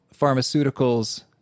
pharmaceuticals